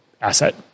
asset